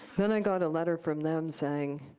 then i got a letter from them saying,